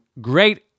great